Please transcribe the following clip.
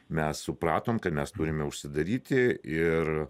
mes supratom kad mes turime užsidaryti ir